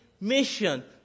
mission